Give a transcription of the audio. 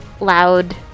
loud